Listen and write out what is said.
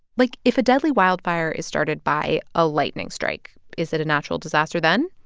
like if a deadly wildfire is started by a lightning strike, is it a natural disaster then?